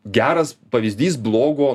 geras pavyzdys blogo